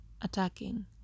attacking